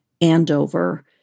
Andover